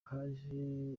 haje